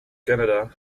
canada